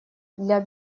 для